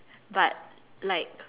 but like